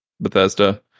Bethesda